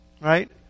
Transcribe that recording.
Right